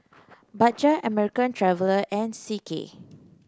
Bajaj American Traveller and C K